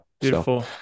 beautiful